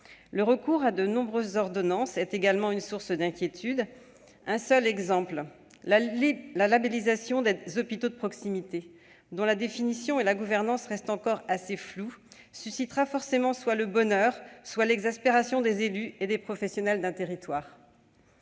Le recours à de nombreuses ordonnances est également une source d'inquiétude. Un seul exemple : la labellisation des hôpitaux de proximité, dont la définition et la gouvernance restent encore assez floues, suscitera forcément soit le bonheur soit l'exaspération des élus et des professionnels d'un territoire.